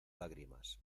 lágrimas